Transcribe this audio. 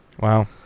wow